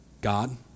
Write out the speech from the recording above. God